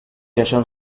yaşam